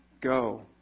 go